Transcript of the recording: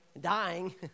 dying